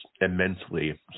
immensely